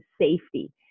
safety